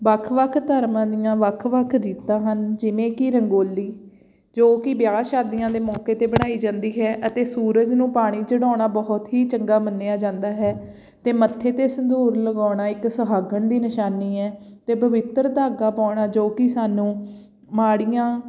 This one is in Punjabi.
ਵੱਖ ਵੱਖ ਧਰਮਾਂ ਦੀਆਂ ਵੱਖ ਵੱਖ ਰੀਤਾਂ ਹਨ ਜਿਵੇਂ ਕਿ ਰੰਗੋਲੀ ਜੋ ਕਿ ਵਿਆਹ ਸ਼ਾਦੀਆਂ ਦੇ ਮੌਕੇ 'ਤੇ ਬਣਾਈ ਜਾਂਦੀ ਹੈ ਅਤੇ ਸੂਰਜ ਨੂੰ ਪਾਣੀ ਚੜ੍ਹਾਉਣਾ ਬਹੁਤ ਹੀ ਚੰਗਾ ਮੰਨਿਆ ਜਾਂਦਾ ਹੈ ਅਤੇ ਮੱਥੇ 'ਤੇ ਸੰਧੂਰ ਲਗਾਉਣਾ ਇੱਕ ਸੁਹਾਗਣ ਦੀ ਨਿਸ਼ਾਨੀ ਹੈ ਅਤੇ ਪਵਿੱਤਰ ਧਾਗਾ ਪਾਉਣਾ ਜੋ ਕਿ ਸਾਨੂੰ ਮਾੜੀਆਂ